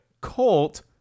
Colt